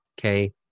Okay